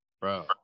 Bro